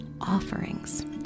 offerings